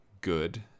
good